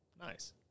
Nice